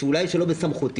שאולי לא בסמכותי.